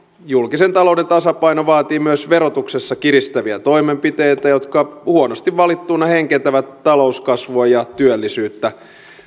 julkisen talouden tasapaino vaatii myös verotuksessa kiristäviä toimenpiteitä jotka huonosti valittuina heikentävät talouskasvua ja työllisyyttä